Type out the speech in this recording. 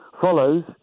follows